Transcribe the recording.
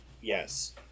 yes